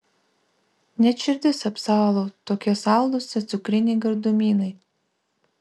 net širdis apsalo tokie saldūs tie cukriniai gardumynai